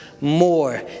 more